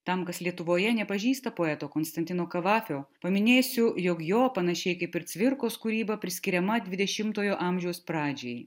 tam kas lietuvoje nepažįsta poeto konstantino kavafio paminėsiu jog jo panašiai kaip ir cvirkos kūryba priskiriama dvidešimtojo amžiaus pradžiai